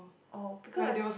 oh because I s~